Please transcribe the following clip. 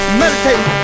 meditate